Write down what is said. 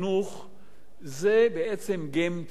זה בעצם game changer, מה שנקרא.